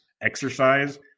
exercise